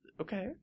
okay